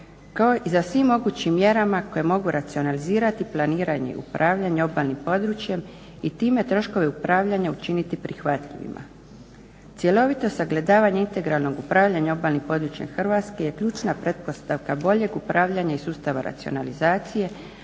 kao i sa svim mogućim mjerama koje mogu racionalizirati planiranje upravljanja obalnim područjem i time troškove upravljanja učiniti prihvatljivima. Cjelovito sagledavanje integralnog upravljanja obalnim područjem Hrvatske je ključna pretpostavka bolje upravljanja i sustava racionalizacije,